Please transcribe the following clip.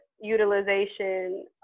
utilization